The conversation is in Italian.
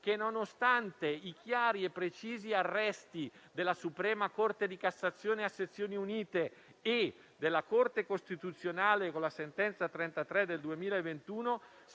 che, nonostante i chiari e precisi arresti della corte suprema di cassazione a sezioni unite e della Corte costituzionale, con la sentenza n. 33 del 2021,